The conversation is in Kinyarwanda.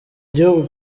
gihugu